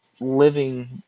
living